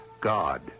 God